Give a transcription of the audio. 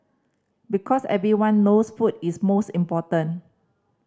because everyone knows food is most important